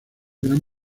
gran